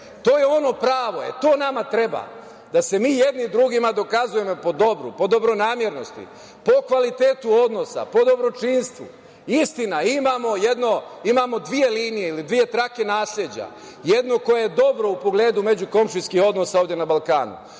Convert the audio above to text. to je ono pravo, to nama treba, da se mi jedni drugima dokazujemo po dobru, po dobronamernosti, po kvalitetu odnosa, po dobročinstvu. Istina, imamo dve linije ili dve trake nasleđa. Jednu koja je dobra u pogledu međukomšijskih odnosa ovde na Balkanu